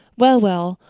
well, well,